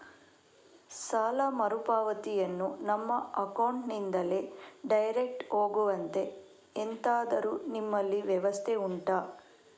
ಸಾಲ ಮರುಪಾವತಿಯನ್ನು ನಮ್ಮ ಅಕೌಂಟ್ ನಿಂದಲೇ ಡೈರೆಕ್ಟ್ ಹೋಗುವಂತೆ ಎಂತಾದರು ನಿಮ್ಮಲ್ಲಿ ವ್ಯವಸ್ಥೆ ಉಂಟಾ